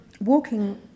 Walking